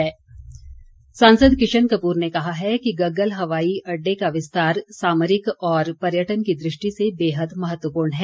किशन कपूर सांसद किशन कपूर ने कहा है कि गग्गल हवाई अड्डे का विस्तार सामरिक और पर्यटन की दृष्टि से बेहद महत्वपूर्ण है